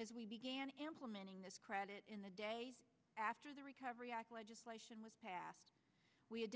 as we began implementing this credit in the day after the recovery act legislation was passed we